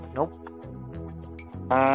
Nope